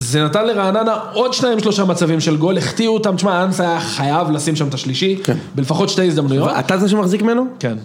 זה נתן לרעננה עוד שניים שלושה מצבים של גול, החטיאו אותם, תשמע, דהאמשה היה חייב לשים שם את השלישי. כן. בלפחות שתי הזדמנות. ואתה זה שמחזיק ממנו? כן.